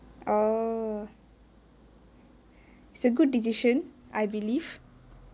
oh it's a good decision I believe